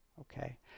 Okay